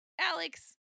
Alex